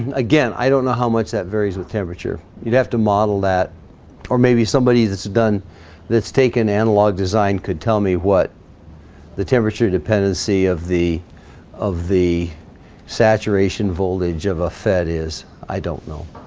and again i don't know how much that varies with temperature you'd have to model that or maybe somebody that's done that's taken analog design could tell me what the temperature dependency of the of the saturation voltage of a fet is i don't know